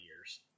years